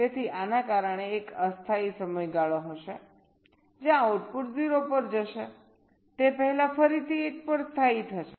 તેથી આના કારણે એક અસ્થાયી સમયગાળો હશે જ્યાં આઉટપુટ 0 પર જશે તે પહેલા ફરીથી 1 પર સ્થાયી થશે